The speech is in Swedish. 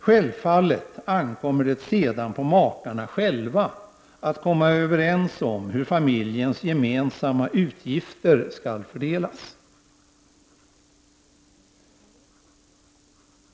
Självfallet ankommer det sedan på makarna själva att komma överens om hur familjens gemensamma utgifter skall fördelas.